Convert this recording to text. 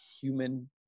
human